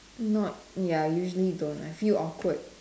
not ya usually don't I feel awkward